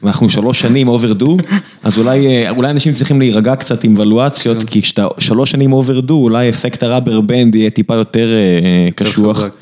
ואנחנו שלוש שנים overdue, אז אולי אנשים צריכים להירגע קצת עם ואליואציות, כי כשאתה שלוש שנים overdue אולי אפקט ה-rubberband יהיה טיפה יותר קשוח.